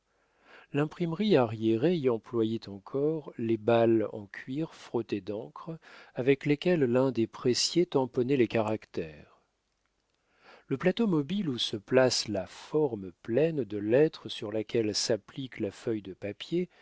l'imprimerie arriérée y employait encore des balles en cuir frottées d'encre avec lesquelles l'un des pressiers tamponnait les caractères le plateau mobile où se place la forme pleine de lettres sur laquelle s'applique la feuille de papier